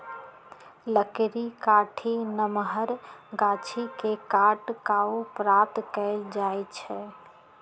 लकड़ी काठी नमहर गाछि के काट कऽ प्राप्त कएल जाइ छइ